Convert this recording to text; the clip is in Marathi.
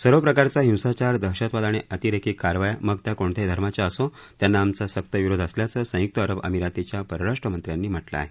सर्व प्रकारचा हिंसाचार दहशतवाद आणि अतिरेकी कारवाया मग त्या कोणत्याही धर्माच्या असो त्यांना आमचा सक्त विरोध असल्याचं संयुक्त अरब अमिरातीच्या परराष्ट्र मंत्र्यांनी म्हटलं आहे